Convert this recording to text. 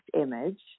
image